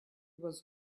was